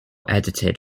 edited